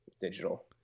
digital